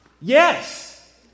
Yes